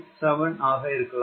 7 ஆக இருக்கலாம்